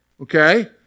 okay